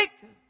take